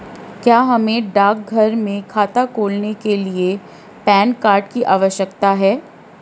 क्या हमें डाकघर में खाता खोलने के लिए पैन कार्ड की आवश्यकता है?